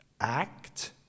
Act